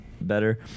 better